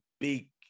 big